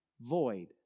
void